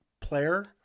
player